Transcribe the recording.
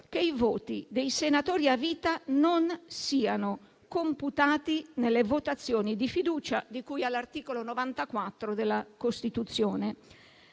che i voti dei senatori a vita non siano computati nelle votazioni di fiducia di cui all'articolo 94 della Costituzione.